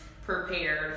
Prepared